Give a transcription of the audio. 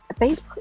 Facebook